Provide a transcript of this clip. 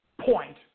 Point